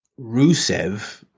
Rusev